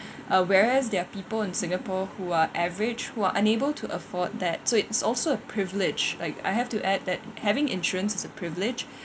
uh whereas there are people in singapore who are average who are unable to afford that so it's also a privilege like I have to add that having insurance is a privilege